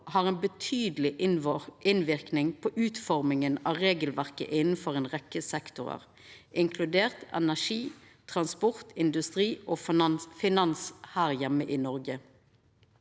har ein betydeleg innverknad på utforminga av regelverket innanfor ei rekkje sektorar, inkludert energi, transport, industri og finans her heime i Noreg.